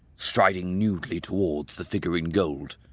striding nudely towards the figure in gold.